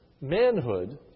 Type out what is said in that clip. manhood